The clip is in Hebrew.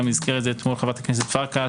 גם הזכירה את זה אתמול חברת הכנסת פרקש.